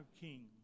king